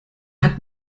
hat